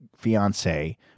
fiance